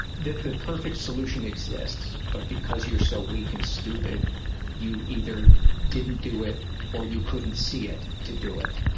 the the perfect solution exists but because you're so weak and stupid you either didn't do it or you couldn't see it to do it.